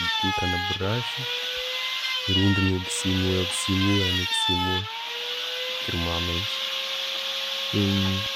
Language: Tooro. Ngikuuta na'brush rundi no'gisimura busimura ne'kisimura kirimu amaazi.